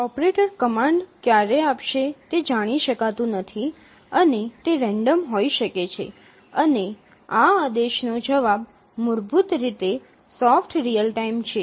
operator command ક્યારે આપશે તે જાણી શકાતું નથી અને તે રેન્ડમ હોઈ શકે છે અને આ આદેશનો જવાબ મૂળભૂત રીતે સોફ્ટ રીઅલ ટાઇમ છે